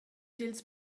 dils